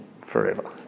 forever